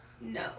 no